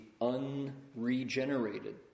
unregenerated